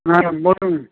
হ্যাঁ বলুন